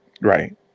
Right